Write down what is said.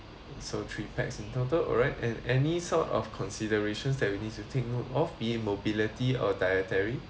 so three pax in total alright and any sort of considerations that we need to take note of be it mobility or dietary